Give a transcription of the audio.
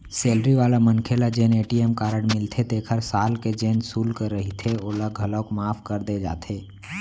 salary वाला मनखे ल जेन ए.टी.एम कारड मिलथे तेखर साल के जेन सुल्क रहिथे ओला घलौक माफ कर दे जाथे